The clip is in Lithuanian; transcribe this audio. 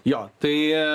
jo tai